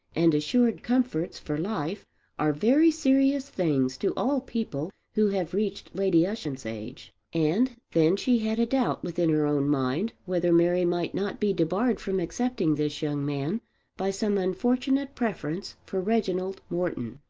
and assured comforts for life are very serious things to all people who have reached lady ushant's age. and then she had a doubt within her own mind whether mary might not be debarred from accepting this young man by some unfortunate preference for reginald morton.